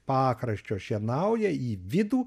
pakraščio šienauja į vidų